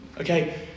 Okay